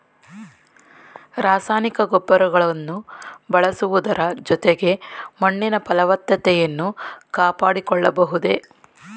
ರಾಸಾಯನಿಕ ಗೊಬ್ಬರಗಳನ್ನು ಬಳಸುವುದರ ಜೊತೆಗೆ ಮಣ್ಣಿನ ಫಲವತ್ತತೆಯನ್ನು ಕಾಪಾಡಿಕೊಳ್ಳಬಹುದೇ?